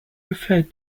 referred